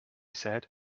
said